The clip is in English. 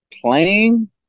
playing